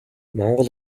монгол